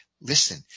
Listen